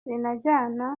binajyana